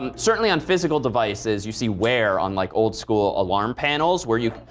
um certainly on physical devices you see wear on, like, old school alarm panels where you